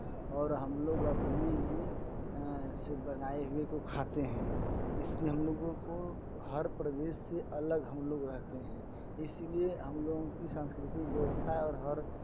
और हम लोग अपने से बनाए हुए को खाते हैं इसलिए हम लोगों को हर प्रदेश से अलग हम लोग रहते हैं इसीलिए हम लोगों की संस्कृति व्यवस्था और हर